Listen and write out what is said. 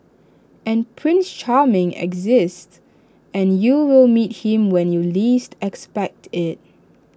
and prince charming exists and you will meet him when you least expect IT